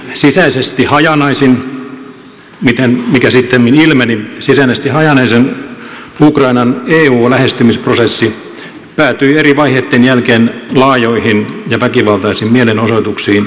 sisäisesti hajanaisen mikä sittemmin ilmeni ukrainan eu lähestymisprosessi päätyi eri vaiheitten jälkeen laajoihin ja väkivaltaisiin mielenosoituksiin maidanilla